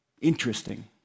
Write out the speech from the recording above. Interesting